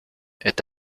est